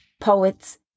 poets